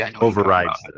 overrides